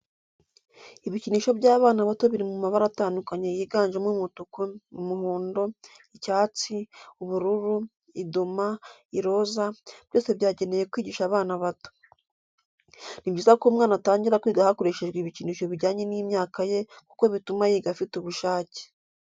Ibikinisho by'abana bato biri mu mabara atandukanye yiganjemo umutuku, umuhondo, icyatsi, ubururu, idoma, iroza, byose byagenewe kwigisha abana bato. Ni byiza ko umwana atangira kwiga hakoreshejwe ibikinisho bijyanye n'imyaka ye kuko bituma yiga afite ubushake.